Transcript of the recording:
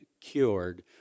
cured